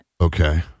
Okay